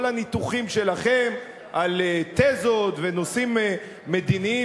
כל הניתוחים שלכם על תזות ונושאים מדיניים